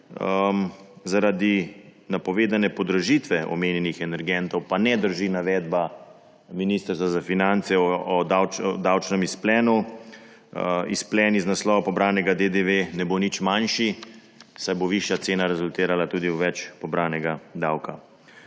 Zaradi napovedane podražitve omenjenih energentov pa ne drži navedba Ministrstva za finance o davčnem izplenu. Izplen iz naslova pobranega DDV ne bo nič manjši, saj bo višja cena rezultirala tudi v več pobranega davka.